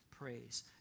praise